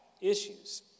issues